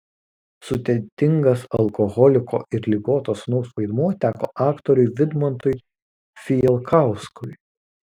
sudėtingas alkoholiko ir ligoto sūnaus vaidmuo teko aktoriui vidmantui fijalkauskui